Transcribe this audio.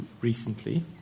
recently